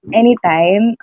anytime